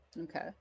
Okay